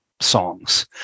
songs